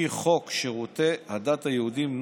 לפי חוק שירותי הדת היהודיים ,